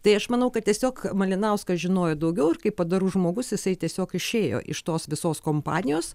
tai aš manau kad tiesiog malinauskas žinojo daugiau kaip padorus žmogus jisai tiesiog išėjo iš tos visos kompanijos